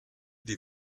die